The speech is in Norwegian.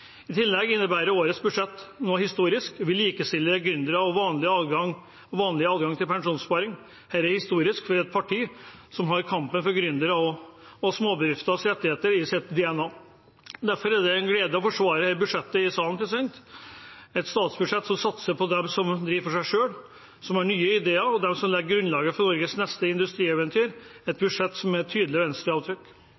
I tillegg innebærer årets budsjett noe historisk: Vi likestiller gründere når det gjelder vanlig adgang til pensjonssparing. Det er historisk for et parti som har kampen for gründeres og små bedrifters rettigheter i sitt DNA. Derfor er det en glede å forsvare dette budsjettet i salen. Et statsbudsjett som satser på dem som driver for seg selv, dem som har nye ideer, og dem som legger grunnlaget for Norges neste industrieventyr, er et